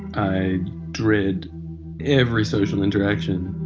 i dread every social interaction,